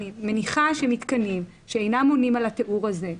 אני מניחה שמתקנים שאינם עונים על התיאור הזה,